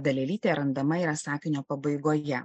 dalelytė randama yra sakinio pabaigoje